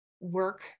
work